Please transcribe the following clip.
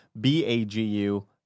B-A-G-U